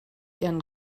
ihren